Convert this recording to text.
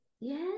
yes